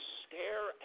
stare